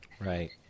Right